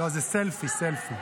לא, זה סלפי, סלפי.